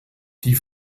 die